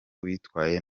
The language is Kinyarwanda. witwaye